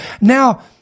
now